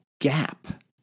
gap